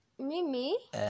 Mimi